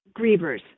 grievers